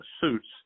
suits